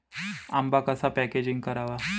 आंबा कसा पॅकेजिंग करावा?